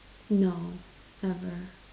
no never